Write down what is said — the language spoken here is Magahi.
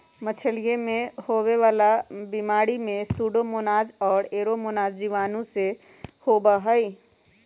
मछलियन में होवे वाला बीमारी में सूडोमोनाज और एयरोमोनास जीवाणुओं से होबा हई